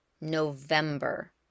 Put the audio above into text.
November